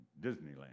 Disneyland